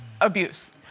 abuse